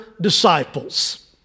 disciples